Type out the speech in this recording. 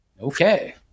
Okay